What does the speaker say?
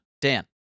Dan